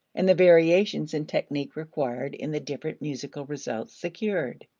and the variations in technique required in the different musical results secured.